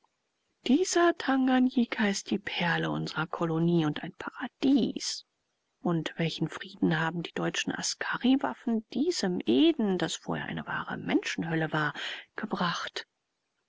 dieser tanganjika ist die perle unserer kolonie und ein paradies und welchen frieden haben die deutschen askariwaffen diesem eden das vorher eine wahre menschenhölle war gebracht